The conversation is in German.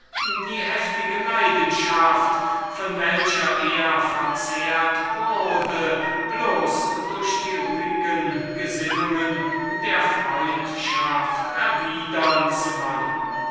die heftige leidenschaft von der er verzehrt wurde bloß allein durch die ruhigen gesinnungen der freundschaft erwidern zu wollen